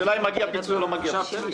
השאלה אם מגיע פיצוי או לא מגיע פיצוי.